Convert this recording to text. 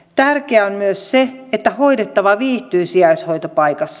tärkeää on myös se että hoidettava viihtyy sijaishoitopaikassa